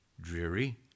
dreary